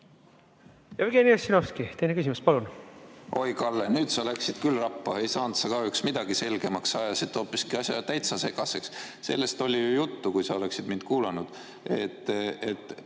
Jevgeni Ossinovski, teine küsimus, palun! Oi, Kalle, nüüd sa läksid küll rappa. Ei saanud sa kahjuks midagi selgemaks, ajasid hoopiski asja täitsa segaseks. Sellest oli ju juttu – kui sa oleksid mind kuulanud –, et